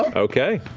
okay.